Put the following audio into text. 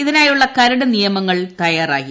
ഇതിനായുള്ള് കരട് നിയമങ്ങൾ തയ്യാറാക്കി